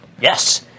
Yes